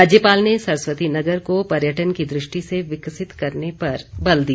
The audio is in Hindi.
राज्यपाल ने सरस्वतीनगर को पर्यटन की दृष्टि से विकसित करने पर बल दिया